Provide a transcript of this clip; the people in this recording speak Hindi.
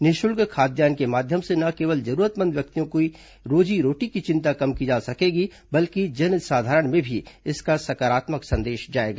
निःशुल्क खाद्यान्न के माध्यम से न केवल जरूरतमंद व्यक्तियों की रोजी रोटी की चिन्ता कम की जा सकेगी बल्कि जन साधारण में भी इसका सकारात्मक संदेश जाएगा